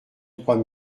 trois